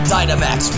Dynamax